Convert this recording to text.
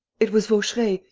it was vaucheray.